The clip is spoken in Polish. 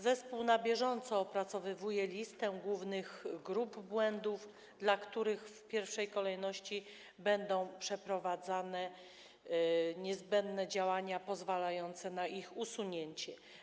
Zespół na bieżąco opracowuje listę głównych grup błędów, dla których w pierwszej kolejności będą przeprowadzane niezbędne działania pozwalające na ich usunięcie.